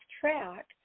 track